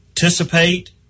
participate